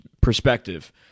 perspective